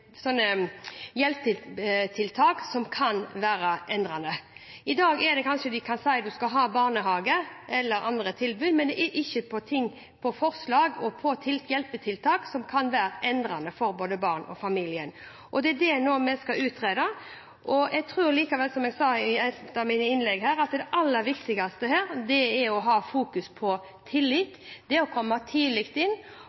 kanskje si at man skal ha tilbud om barnehage eller andre tilbud, men ikke komme med forslag om hjelpetiltak som kan være endrende for både barnet og familien. Det er det vi nå skal utrede. Jeg tror likevel at det aller viktigste her, som jeg sa i et av mine innlegg, er å ha fokus på tillit, det å komme tidlig inn. Jeg ønsker å se på hvilken rolle barnevernet skal ha.